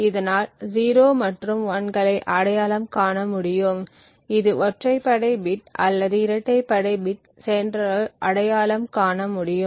இதனால் 0 மற்றும் 1 களை அடையாளம் காண முடியும் இது ஒற்றைப்படை பிட் அல்லது இரட்டைப்படை பிட் செண்டரால் அடையாளம் காண முடியும்